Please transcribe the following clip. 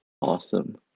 awesome